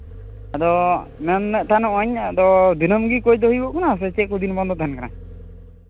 ᱟᱫᱚ ᱢᱮᱱᱮᱫ ᱛᱟᱦᱮᱱᱚᱜᱼᱟᱹᱧ ᱟᱫᱚ ᱫᱤᱱᱟᱹᱢ ᱜᱮ ᱠᱳᱪ ᱫᱚ ᱦᱩᱭᱩᱜ ᱠᱟᱱᱟ ᱥᱮ ᱪᱮᱫ ᱠᱚ ᱫᱤᱱ ᱵᱚᱱᱫᱚ ᱛᱟᱦᱮᱱ ᱠᱟᱱᱟ